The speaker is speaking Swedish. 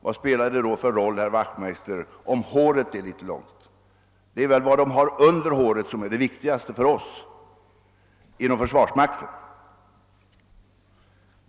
Vad spelar det då för roll, herr Wachtmeister, om håret är litet långt? Det är väl vad de har under håret som är det viktigaste för oss inom försvarsmakten.